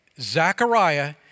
Zechariah